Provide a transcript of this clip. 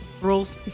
rules